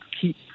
keep